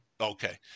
Okay